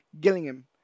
Gillingham